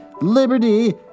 liberty